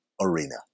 Arena